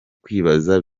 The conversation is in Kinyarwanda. kwibaza